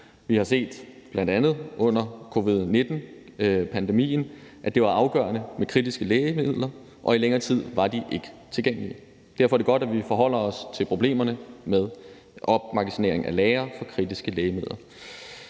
Vi har set, bl.a. under covid-19-pandemien, at det var afgørende med kritiske lægemidler, og i længere tid var de ikke tilgængelige. Derfor er det godt, at vi forholder os til problemerne med opmagasinering af lagre af kritiske lægemidler.